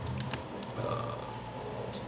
err